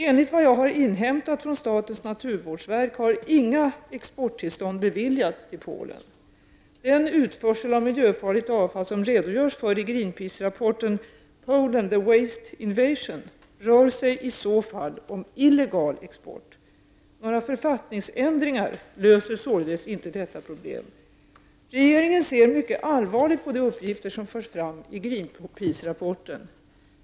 Enligt vad jag har inhämtat från statens naturvårdsverk har inga tillstånd om export till Den utförsel av miljöfarligt avfall som det redogörs för i Greenpeacerapporten, ''Poland the waste invasion'', rör sig i så fall om illegal export. Några författningsändringar löser således inte detta problem. Regeringen ser mycket allvarligt på de uppgifter som förs fram i Greenpeacerapporten.